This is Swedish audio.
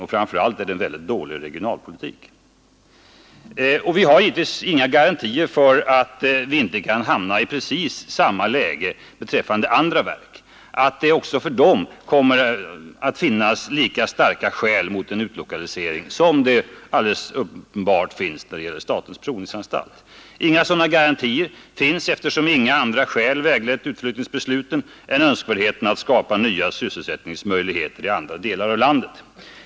Och framför allt är det en väldigt dålig regionalpolitik. Vi har givetvis inga garantier för att vi inte kan hamna i precis samma läge beträffande andra verk, att det inte också för dem kommer att finnas lika starka skäl mot en utlokalisering som det alldeles uppenbart finns när det gäller statens provningsanstalt. Inga sådana garantier finns, eftersom inga andra skäl väglett utflyttningsbesluten än önskvärdheten av att skapa nya sysselsättningsmöjligheter i andra delar av landet.